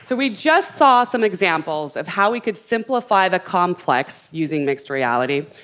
so we just saw some examples of how we could simplify the complex using mixed reality,